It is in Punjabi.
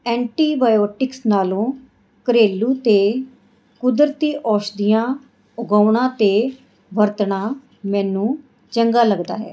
ਐਂਟੀ ਬਾਓਟਿਕਸ ਨਾਲੋਂ ਘਰੇਲੂ ਅਤੇ ਕੁਦਰਤੀ ਔਸ਼ਦੀਆਂ ਉਗਾਉਣਾ ਅਤੇ ਵਰਤਣਾ ਮੈਨੂੰ ਚੰਗਾ ਲੱਗਦਾ ਹੈ